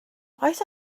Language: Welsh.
oes